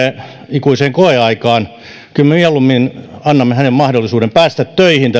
ikuiseen koeaikaan kyllä me mieluummin annamme tälle nuorelle mahdollisuuden päästä töihin